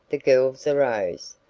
the girls arose,